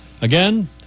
Again